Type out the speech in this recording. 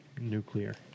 Nuclear